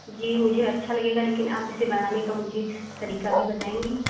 जी मुझे अच्छा लगेगा लेकिन आप इसे बनाने का मुझे तरीका भी बताएँगी